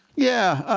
yeah,